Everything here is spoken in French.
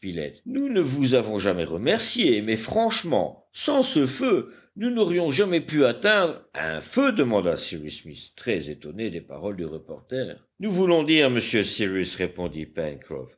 nous ne vous avons jamais remercié mais franchement sans ce feu nous n'aurions jamais pu atteindre un feu demanda cyrus smith très étonné des paroles du reporter nous voulons dire monsieur cyrus répondit